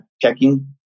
checking